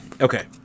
Okay